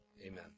Amen